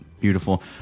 Beautiful